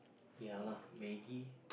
ya lah Maggi